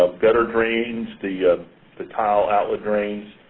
ah gutter drains, the the tile outlet drains.